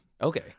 Okay